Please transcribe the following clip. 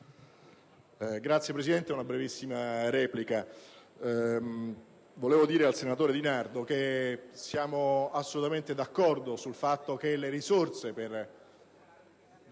intervengo per una brevissima replica. Volevo dire al senatore Di Nardo che siamo assolutamente d'accordo sul fatto che le risorse per